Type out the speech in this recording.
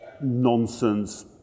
nonsense